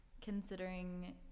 considering